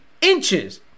inches